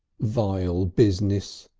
vile business,